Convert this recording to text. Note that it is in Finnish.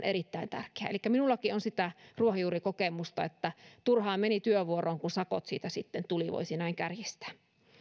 erittäin tärkeä elikkä minullakin on sitä ruohonjuurikokemusta turhaan menin työvuoroon kun siitä sakot sitten tuli voisi näin kärjistää